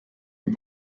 and